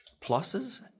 pluses